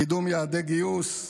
קידום יעדי גיוס,